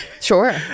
Sure